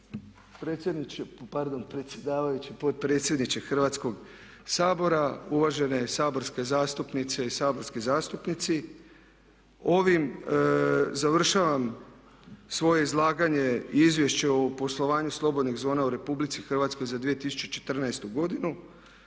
potpredsjedniče Hrvatskog sabora, uvažene saborske zastupnice i saborski zastupnici ovim završavam svoje izlaganje i Izvješće o poslovanju slobodnih zona u Republici Hrvatskoj za 2014. godinu.